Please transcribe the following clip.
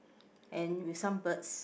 and with some birds